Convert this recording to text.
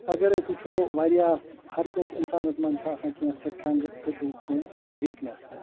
اگر أسۍ وٕچھُو وارِیاہس ہر کٲنٛسہِ اِنسانس منٛز چھُ آسان کیٚنٛہہ سِٹرنٛگتھ تہٕ بیٚیہِ کیٚنٛہہ ویٖکنٮ۪س تہٕ